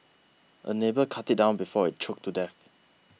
a neighbour cut it down before it choked to death